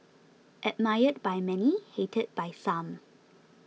admired by many hated by some